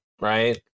right